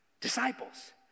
disciples